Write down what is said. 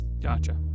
Gotcha